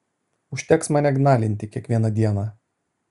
užteks mane gnalinti kiekvieną dieną